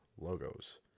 logos